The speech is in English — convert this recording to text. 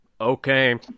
okay